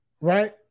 Right